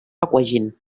aquagym